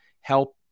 help